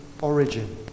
origin